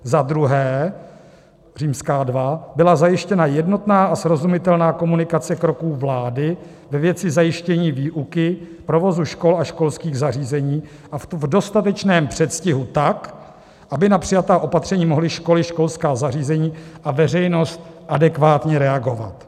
II. byla zajištěna jednotná a srozumitelná komunikace kroků vlády ve věci zajištění výuky, provozu škol a školských zařízení a v dostatečném předstihu tak, aby na přijatá opatření mohly školy, školská zařízení a veřejnost adekvátně reagovat.